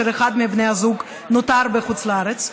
כאשר אחד מבני הזוג נותר בחוץ לארץ,